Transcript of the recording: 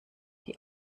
die